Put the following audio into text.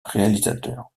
réalisateur